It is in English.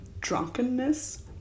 drunkenness